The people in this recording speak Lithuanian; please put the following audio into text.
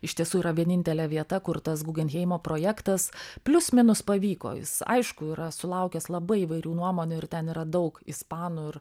iš tiesų yra vienintelė vieta kur tas gugenheimo projektas plius minus pavyko jis aišku yra sulaukęs labai įvairių nuomonių ir ten yra daug ispanų ir